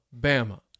Bama